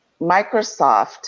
Microsoft